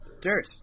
Dirt